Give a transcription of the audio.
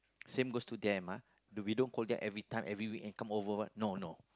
same goes to them ah don't we don't call them every time every week and come over what no no